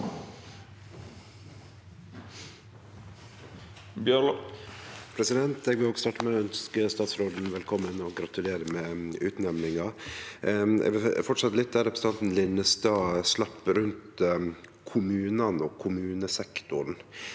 Eg vil òg starte med å ønskje statsråden velkommen og gratulere med utnemninga. Eg vil fortsetje der representanten Linnestad slapp, rundt kommunane og kommunesektoren.